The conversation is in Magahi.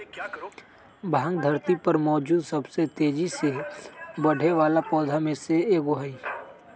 भांग धरती पर मौजूद सबसे तेजी से बढ़ेवाला पौधा में से एगो हई